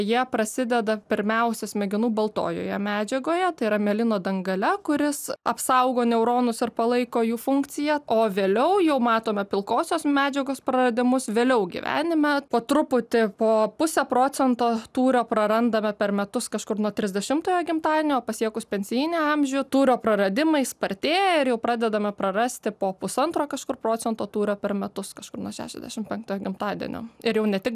jie prasideda pirmiausia smegenų baltojoje medžiagoje tai yra melino dangale kuris apsaugo neuronus ir palaiko jų funkciją o vėliau jau matome pilkosios medžiagos praradimus vėliau gyvenime po truputį po pusę procento tūrio prarandame per metus kažkur nuo trisdešimtojo gimtadienio o pasiekus pensinį amžių tūrio praradimai spartėja ir jau pradedame prarasti po pusantro kažkur procento tūrio per metus kažkur nuo šešiasdešim penktojo gimtadienio ir jau ne tik